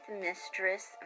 mistress